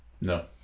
No